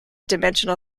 dimensional